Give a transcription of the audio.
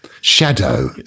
shadow